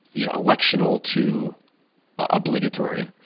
you know electional to obligatory.